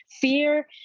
fear